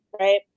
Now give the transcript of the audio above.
right